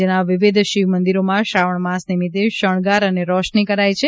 રાજયના વિવિધ શિવમંદીરોમાં શ્રાવણ માસ નિમિત્તે શણગાર રોશની કરાયા છે